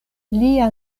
lia